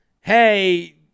hey